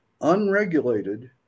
unregulated